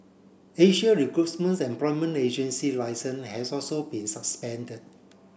Asia Recruit's employment agency licence has also been suspended